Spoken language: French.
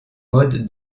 mode